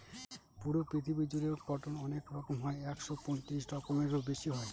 পুরো পৃথিবী জুড়ে কটন অনেক রকম হয় একশো পঁয়ত্রিশ রকমেরও বেশি হয়